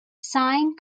sine